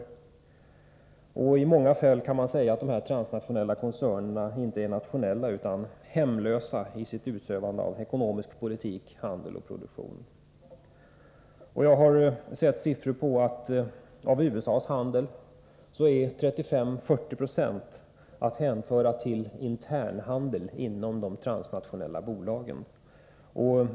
Man kan i många fall säga att dessa transnationella koncerner inte är nationella utan hemlösa i utövandet av sin ekonomiska politik, sin handel och sin produktion. Jag har sett siffror på att av USA:s handel är 35-40 96 att hänföra till intern handel inom de transnationella bolagen.